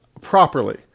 properly